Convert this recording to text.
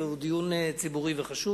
אבל בדיון הזה זה לא נותן לנו שום דבר.